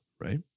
right